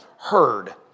heard